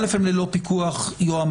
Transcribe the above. א', הן ללא פיקוח יועמ"ש,